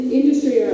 industry